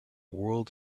world